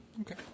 okay